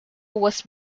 was